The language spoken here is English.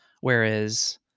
Whereas